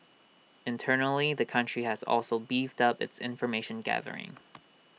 internally the country has also beefed up its information gathering